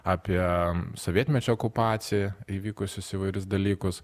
apie sovietmečio okupaciją įvykusius įvairius dalykus